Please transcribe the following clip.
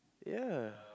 ya